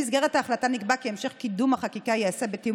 במסגרת ההחלטה נקבע כי המשך קידום החקיקה ייעשה בתיאום